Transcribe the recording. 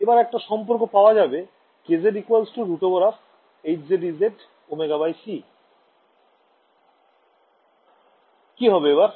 এবার একটা সম্পর্ক পাওয়া যাবে • z √hz ez ωc কি হবে এবার